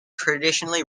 traditionally